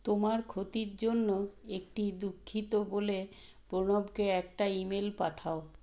তোমার ক্ষতির জন্য একটি দুঃখিত বলে প্রণবকে একটা ইমেল পাঠাও